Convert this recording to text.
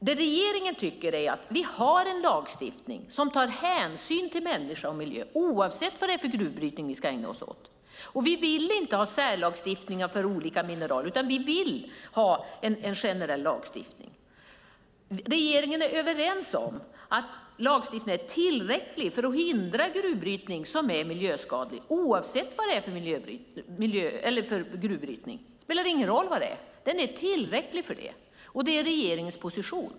Det regeringen tycker är att vi har en lagstiftning som tar hänsyn till människa och miljö, oavsett vad det är för gruvbrytning vi ska ägna oss åt. Vi vill inte ha särlagstiftningar för olika mineraler, utan en generell lagstiftning. Regeringen är överens om att lagstiftningen är tillräcklig för att hindra gruvbrytning som är miljöskadlig, oavsett vad det är för gruvbrytning. Det är regeringens position.